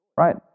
Right